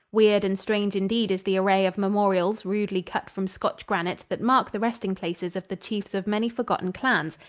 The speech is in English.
weird and strange indeed is the array of memorials rudely cut from scotch granite that mark the resting places of the chiefs of many forgotten clans,